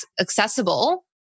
accessible